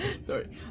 Sorry